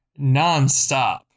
nonstop